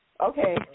Okay